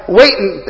waiting